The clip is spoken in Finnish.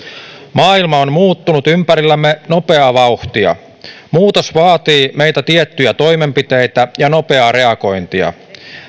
maailma on muuttunut ympärillämme nopeaa vauhtia muutos vaatii meiltä tiettyjä toimenpiteitä ja nopeaa reagointia